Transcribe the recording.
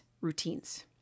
routines